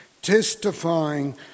testifying